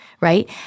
right